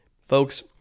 Folks